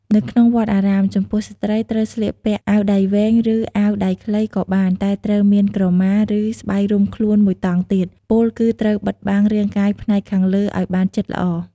នៅក្នុងវត្តអារាម ចំពោះស្រ្តីត្រូវស្លៀកពាក់អាវដៃវែង ឬ អាវដៃខ្លីក៏បានតែត្រូវមានក្រមា ឬ ស្បៃរុំខ្លួនមួយតង់ទៀត ពោលគឺត្រូវបិទបាំងរាងកាយផ្នែកខាងលើឲ្យបានជិតល្អ។